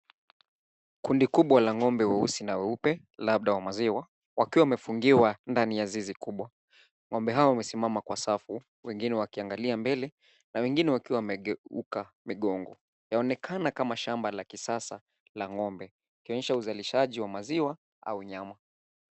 kundi kubwa la ngombe weuzi na weupe labda wa maziwa wakiwa wamefungiwa ndani ya zizi kubwa, ngombe hawa wamesimama kwa safu wengine wakiangalia mbele na wengine wakiwa wamegeuka mgongo yaonekana kama shamba la kisasa la ngombe ikionyesha uzalishaji wa maziwa au nyama.